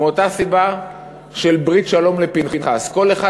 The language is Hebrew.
מאותה סיבה של ברית שלום לפנחס: כל אחד,